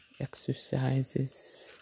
exercises